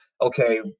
okay